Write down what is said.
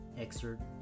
excerpt